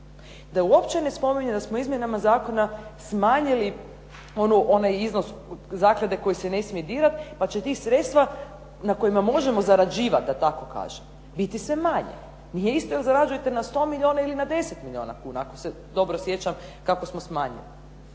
Da uopće ne spominjem da smo izmjenama zakona smanjili onaj iznos zaklade koji se ne smije dirati pa će tih sredstava na kojima možemo zarađivati da tako kažem biti sve manje. Nije isto da li zarađujete na 100 milijuna ili na 10 milijuna kuna ako se dobro sjećam kako smo smanjili.